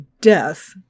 death